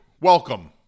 Welcome